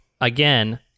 again